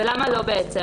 ולמה לא בעצם?